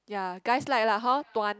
ya guys like lah hor dua